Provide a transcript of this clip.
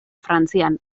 frantzian